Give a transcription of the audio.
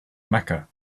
mecca